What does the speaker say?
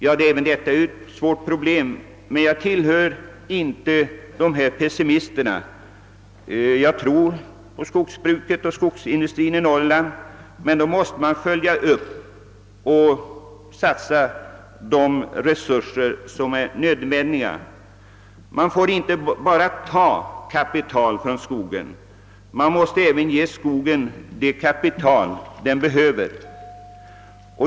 Ja, även detta är ett svårt problem, men jag tillhör inte dessa pessimister. Jag tror på skogsbruket och på skogsindustrin i Norrland, men man måste följa upp verksamheten och satsa de resurser som är nödvändiga. Man får inte bara ta kapital från skogen utan man måste även ge denna det kapital den behöver.